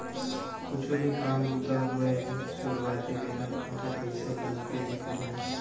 कुछु भी काम बूता होवय सुरुवाती बेरा म तो पइसा लगबे करही